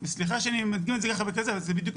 וסליחה שאני מציג את זה ככה אבל זה בדיוק,